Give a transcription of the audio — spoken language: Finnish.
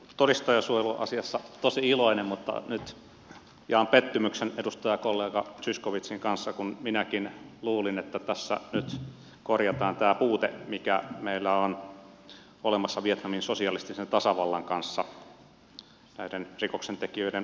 olin tuosta todistajansuojeluasiasta tosi iloinen mutta nyt jaan pettymyksen edustajakollega zyskowiczin kanssa kun minäkin luulin että tässä nyt korjataan tämä puute mikä meillä on olemassa vietnamin sosialistisen tasavallan kanssa näiden rikoksentekijöiden palauttamiseksi